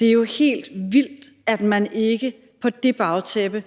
det er jo helt vildt, at man ikke på det bagtæppe